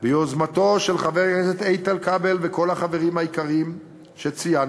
ביוזמת חבר הכנסת איתן כבל וכל החברים היקרים שציינתי,